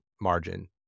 margin